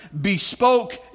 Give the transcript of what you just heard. bespoke